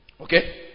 Okay